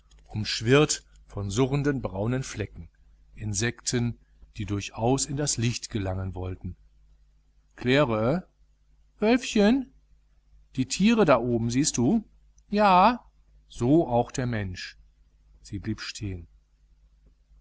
umschwirrt von surrenden braunen flecken insekten die durchaus in das licht gelangen wollten claire wölfchen die tiere da oben siehst du ja so auch der mensch sie blieb stehen